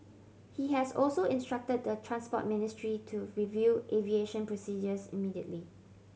he has also instructed the Transport Ministry to review aviation procedures immediately